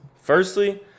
firstly